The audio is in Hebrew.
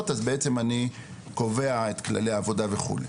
אז בעצם אני קובע את כללי העבודה וכו'.